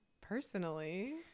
Personally